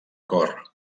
cor